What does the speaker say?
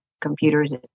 computers